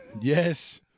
yes